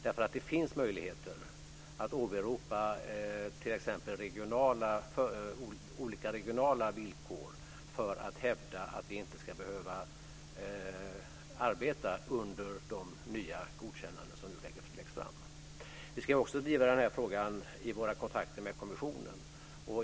Det finns möjligheter att åberopa t.ex. olika regionala villkor för att hävda att vi inte ska behöva arbeta under de nya godkännanden som nu läggs fram. Vi ska också driva den här frågan i våra kontakter med kommissionen.